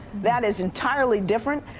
that is entirely different.